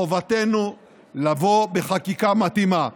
חובתנו לבוא בחקיקה מתאימה.